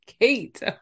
Kate